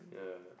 yeah